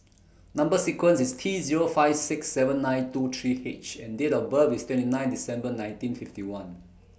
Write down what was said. Number sequence IS T Zero five six seven nine two three H and Date of birth IS twenty nine December nineteen fifty one